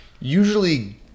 usually